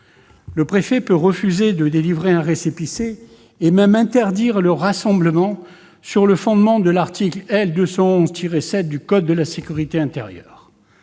Le préfet peut refuser de délivrer un récépissé et même interdire le rassemblement sur le fondement de l'article L. 211-7 du code de la sécurité intérieure.